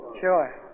Sure